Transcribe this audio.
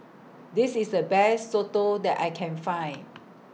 This IS The Best Soto that I Can Find